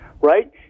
Right